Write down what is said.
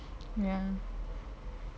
ya